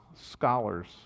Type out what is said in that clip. scholars